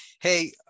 hey